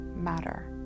matter